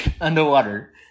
underwater